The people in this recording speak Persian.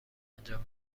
انجام